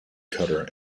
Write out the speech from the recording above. cutter